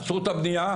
עצרו את הבנייה,